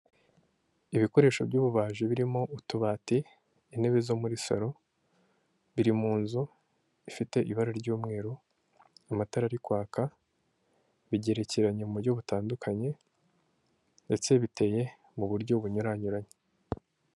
ibikoresho byu'ububaji birimo utubati intebe zo muri salo, biri mu nzu ifite ibara ry'umweru amatara ari kwaka. Bigerekeranya mu buryo butandukanye ndetse biteye mu buryo bunyuranyuranye.